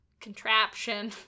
contraption